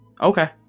Okay